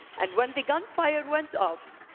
and when the gunfire went ah off,